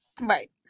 Right